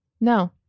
No